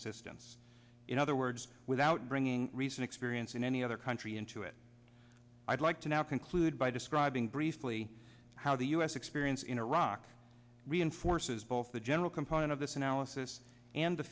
assistance in other words without bringing reason experience in any other country into it i'd like to now conclude by describing briefly how the us experience in iraq reinforces both the general component of this analysis and